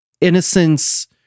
innocence